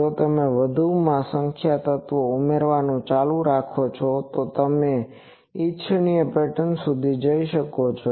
જો તમે વધુ સંખ્યામાં તત્વો ઉમેરવાનું ચાલુ રાખો છો તો તમે ઇચ્છિત પેટર્ન સુધી જઈ શકો છો